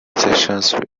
session